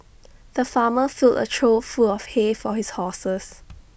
the farmer filled A trough full of hay for his horses